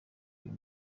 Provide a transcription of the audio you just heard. uyu